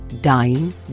dying